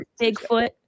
Bigfoot